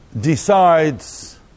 decides